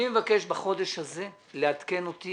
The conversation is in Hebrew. אני מבקש בחודש הזה לעדכן אותי